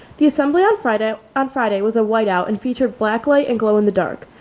the assembly on friday on friday was a whiteout and featured black light and glow in the dark.